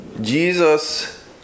Jesus